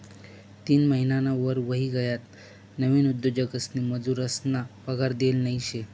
तीन महिनाना वर व्हयी गयात नवीन उद्योजकसनी मजुरेसना पगार देल नयी शे